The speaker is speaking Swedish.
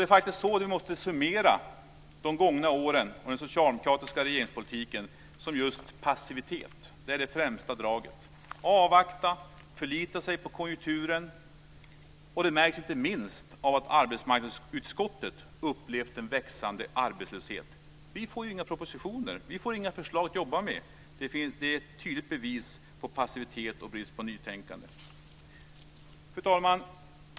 Det är faktiskt så som vi måste summera de gångna åren och den socialdemokratiska regeringspolitiken, nämligen som just passivitet. Det är det främsta draget. Man avvaktar och förlitar sig på konjunkturen. Och det märks inte minst genom att arbetsmarknadsutskottet upplevt en växande arbetslöshet. Vi får ju inga propositioner. Vi får inga förslag att jobba med. Det är ett tydligt bevis på passivitet och brist på nytänkande. Fru talman!